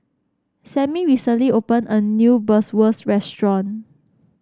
Sammie recently opened a new Bratwurst Restaurant